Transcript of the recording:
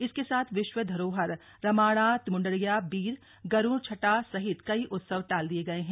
इस के साथ विश्व धरोहर रम्माण तिमुंडया बीर गरुड़ छड़ा सहित कई उत्सव टाल दिये गए हैं